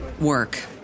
work